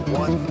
one